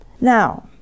Now